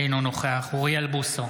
אינו נוכח אוריאל בוסו,